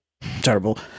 terrible